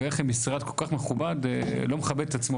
ואיך משרד כל כך מכובד לא מכבד את עצמו,